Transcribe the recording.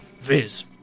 Viz